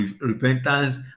repentance